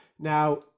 Now